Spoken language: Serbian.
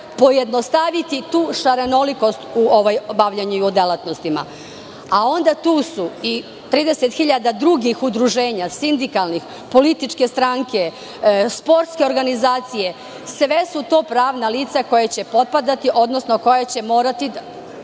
pojednostaviti tu šarenolikost u obavljanju delatnosti. Onda su tu i 30 hiljada drugih udruženja, sindikalnih, političke stranke, sportske organizacije, sve su to pravna lica koja će potpadati, odnosno koja će koristiti